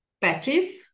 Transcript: patches